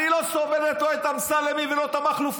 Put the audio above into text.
אני לא סובלת לא את האמסלמים ולא את המכלופים,